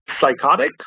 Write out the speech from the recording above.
psychotic